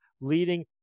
leading